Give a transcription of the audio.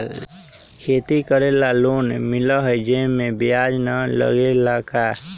खेती करे ला लोन मिलहई जे में ब्याज न लगेला का?